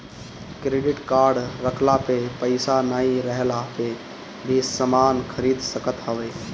credit card रखला पे पईसा नाइ रहला पअ भी समान खरीद सकत हवअ